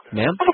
ma'am